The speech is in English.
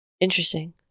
Interesting